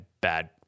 bad